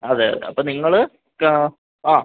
അതെയതെ അപ്പോള് നിങ്ങള് ആ